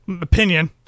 opinion